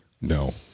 no